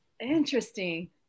Interesting